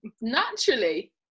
Naturally